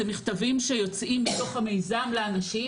אלו מכתבים שיוצאים מתוך המיזם לאנשים